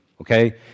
okay